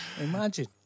Imagine